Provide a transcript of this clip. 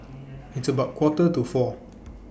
its about Quarter to four